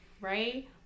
right